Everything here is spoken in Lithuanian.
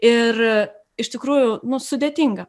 ir iš tikrųjų nu sudėtinga